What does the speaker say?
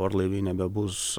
orlaiviai nebebus